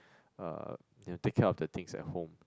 uh you know take care of the things at home